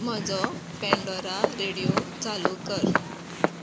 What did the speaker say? म्हजो पँडॉरा रेडयो चालू कर